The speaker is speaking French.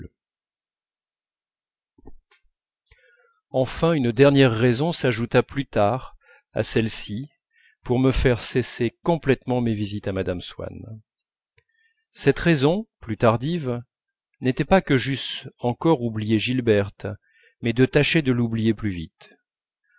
enfin une dernière raison s'ajouta plus tard à celle-ci pour me faire cesser complètement mes visites à mme swann cette raison plus tardive n'était pas que j'eusse encore oublié gilberte mais de tâcher de l'oublier plus vite